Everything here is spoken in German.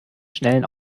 schnellen